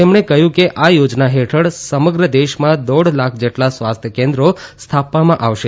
તેમણે કહ્યું કે આ યાજના હેઠળ સમગ્ર દેશમાં દાઢ લાખ જેટલા સ્વાસ્થ્ય કેન્દ્ર સ્થાપવામાં આવશે